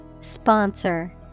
Sponsor